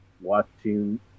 watching